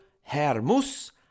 Hermus